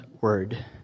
word